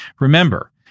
Remember